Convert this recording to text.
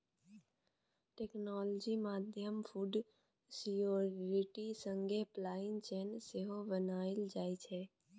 technology माध्यमसँ food security संगे supply chain सेहो बनाएल जाइ छै